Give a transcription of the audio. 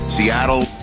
Seattle